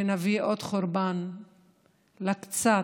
ונביא עוד חורבן לקצת,